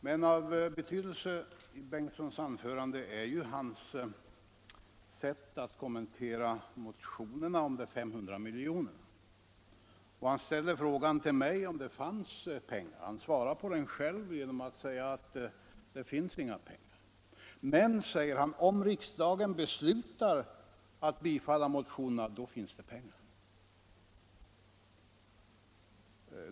Men av betydelse i herr Torsten Bengtsons anförande är ju hans sätt att kommentera motionerna om de 500 miljonerna. Han ställde frågan till mig, om det fanns pengar, och han besvarade den själv genom att säga att det finns inga pengar. Men, säger herr Torsten Bengtson, om riksdagen beslutar att bifalla motionerna, då finns det pengar.